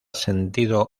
sentido